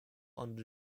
under